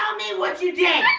i mean what did you do.